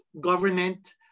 government